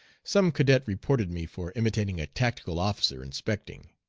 some cadet reported me for imitating a tactical officer inspecting.